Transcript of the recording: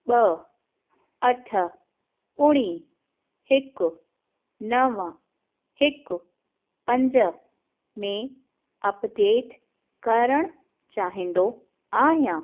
ॿ अठ ॿुड़ी हिकु नवं हिकु पंज में अपडेट करणु चाहींदो आहियां